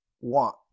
want